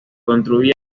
construían